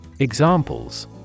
Examples